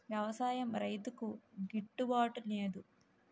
వ్యవసాయం రైతుకి గిట్టు బాటునేదు